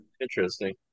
interesting